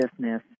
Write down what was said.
business